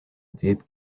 did